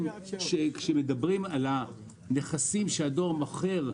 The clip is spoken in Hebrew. כשמדברים על הנכסים שהדואר מוכר,